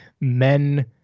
men